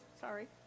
Sorry